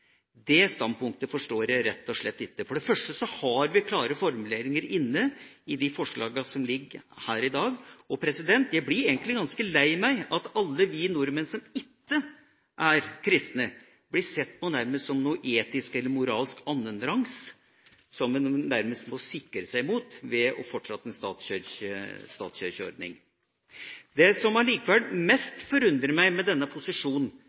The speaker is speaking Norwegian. Det standpunktet forstår jeg rett og slett ikke. For det første har vi klare formuleringer inne i de forslagene som ligger her i dag. Jeg blir egentlig ganske lei meg for at alle de nordmenn som ikke er kristne, blir sett på nærmest som noe etisk eller moralsk annenrangs som en nærmest må sikre seg mot ved å fortsette en statskirkeordning. Det som allikevel forundrer meg mest med den posisjonen